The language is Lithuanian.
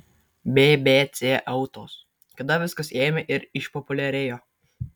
bbc autos kada viskas ėmė ir išpopuliarėjo